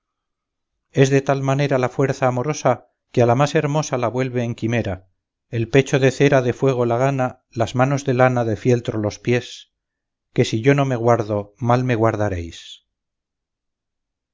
es de tal manera la fuerza amorosa que a la más hermosa la vuelve en quimera el pecho de cera de fuego la gana las manos de lana de fieltro los pies que si yo no me guardo mal me guardaréis